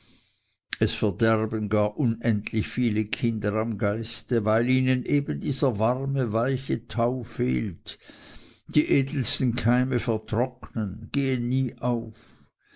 es verderben gar unendlich viele kinder am geiste weil ihnen eben dieser warme weiche tau fehlt die edelsten keime vertrocknen gehen nie auf